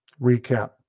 recap